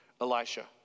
Elisha